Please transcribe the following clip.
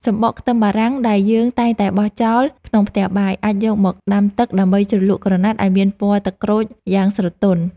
សំបកខ្ទឹមបារាំងដែលយើងតែងតែបោះចោលក្នុងផ្ទះបាយ អាចយកមកដាំទឹកដើម្បីជ្រលក់ក្រណាត់ឱ្យមានពណ៌ទឹកក្រូចយ៉ាងស្រទន់។